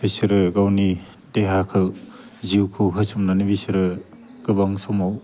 बिसोरो गाव गावनि देहाखौ जिउखौ होसोमनानै बिसोरो गोबां समाव